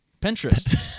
Pinterest